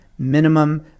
minimum